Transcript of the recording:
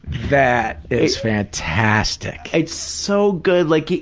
that is fantastic. it's so good. like,